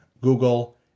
Google